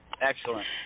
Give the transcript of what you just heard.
Excellent